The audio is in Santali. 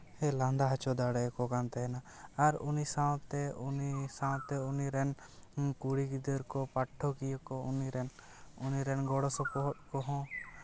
ᱞᱟᱸᱫᱟ ᱦᱚᱪᱚ ᱫᱟᱲᱮᱭᱠᱚ ᱠᱟᱱ ᱛᱟᱦᱮᱸᱱᱟ ᱟᱨ ᱩᱱᱤ ᱥᱟᱶᱛᱮ ᱩᱱᱤ ᱥᱟᱶᱛᱮ ᱩᱱᱤ ᱨᱮᱱ ᱠᱩᱲᱤ ᱜᱤᱫᱟᱹᱨ ᱠᱚ ᱯᱟᱴᱷᱚᱠᱤᱭᱟᱹ ᱠᱚ ᱩᱱᱤ ᱨᱮᱱ ᱜᱚᱲᱚ ᱥᱚᱯᱚᱦᱚᱫ ᱠᱚᱦᱚᱸ